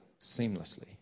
seamlessly